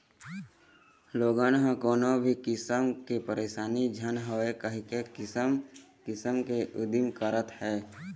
लोगन ह कोनो भी किसम के परसानी झन होवय कहिके किसम किसम के उदिम करत हे